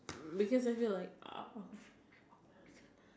mm because I feel like